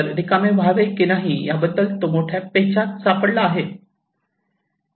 तर रिकामे व्हावे की नाही या बद्दल तो मोठ्या पेचात सापडला आहे